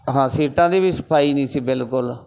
ਹਾਂ ਸੀਟਾਂ ਦੀ ਵੀ ਸਫ਼ਾਈ ਨਹੀਂ ਸੀ ਬਿਲਕੁਲ